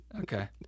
Okay